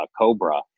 Cobra